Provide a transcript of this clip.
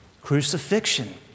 Crucifixion